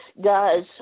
guys